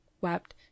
wept